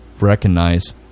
recognize